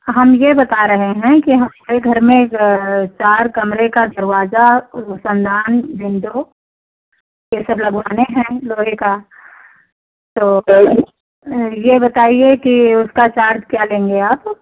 हम यह बता रहे हैं कि हमारे घर में चार कमरे का दरवाज़ा रोशनदान विंडो ये सब लगवाने हैं लोहे का तो यह बताइए कि उसका चार्ज क्या लेंगे आप